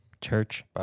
Church